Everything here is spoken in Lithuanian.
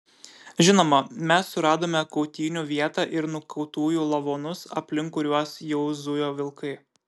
žinoma mes suradome kautynių vietą ir nukautųjų lavonus aplink kuriuos jau zujo vilkai